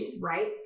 Right